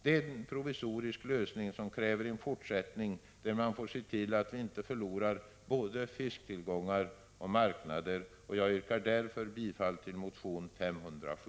Det är en provisorisk lösning som kräver en fortsättning, där man får se till att vi inte förlorar både fisktillgångar och marknader. Jag yrkar därför bifall till motion 507.